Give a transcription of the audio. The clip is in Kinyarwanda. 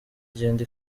igenda